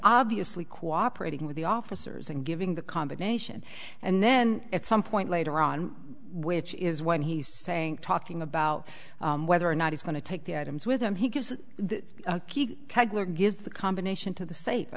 obviously cooperating with the officers and giving the combination and then at some point later on which is when he's saying talking about whether or not he's going to take the items with him he gives the cuddler gives the combination to the safe i